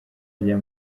rya